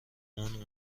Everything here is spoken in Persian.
اون